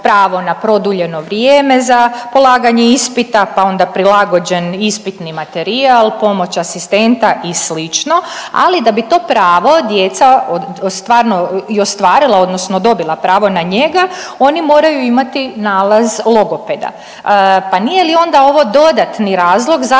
pravo na produljeno vrijeme za polaganje ispita, pa onda prilagođen ispitni materijal, pomoć asistenta i slično, ali da bi to pravo djeca stvarno i ostvarila odnosno dobila pravo na njega oni moraju imati nalaz logopeda. Pa nije li onda ovo dodatni razlog